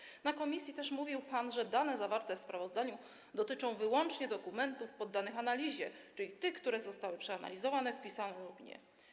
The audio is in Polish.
Na posiedzeniu komisji mówił pan też, że dane zawarte w sprawozdaniu dotyczą wyłącznie dokumentów poddanych analizie, czyli tych, które zostały przeanalizowane, wpisane lub nie.